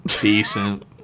Decent